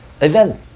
event